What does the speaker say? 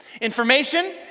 Information